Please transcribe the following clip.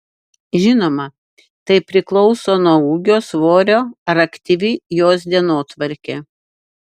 žinoma tai priklauso nuo ūgio svorio ar aktyvi jos dienotvarkė